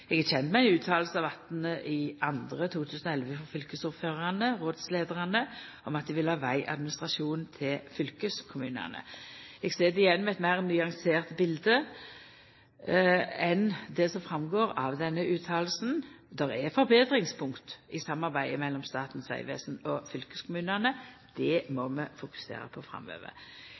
Eg er kjent med ein uttale av 18. februar 2011 frå fylkesordførarane/-rådsleiarane om at dei vil ha vegadministrasjonen til fylkeskommunane. Eg sit igjen med eit meir nyansert bilete enn det som går fram av denne uttalen. Det er forbetringspunkt i samarbeidet mellom Statens vegvesen og fylkeskommunane. Det må vi fokusera på framover.